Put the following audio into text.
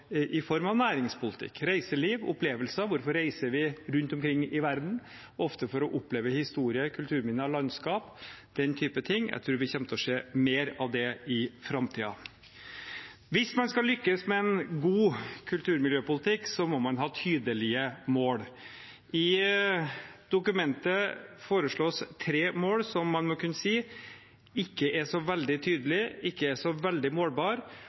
i form av næringspolitikk. Reiseliv, opplevelser – hvorfor reiser vi rundt omkring i verden? Jo, ofte for å oppleve historie, kulturminner og landskap – den type ting. Jeg tror vi kommer til å se mer av det i framtiden. Hvis man skal lykkes med en god kulturmiljøpolitikk, må man ha tydelige mål. I dokumentet foreslås tre mål som man må kunne si ikke er så veldig tydelige, ikke så veldig